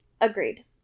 agreed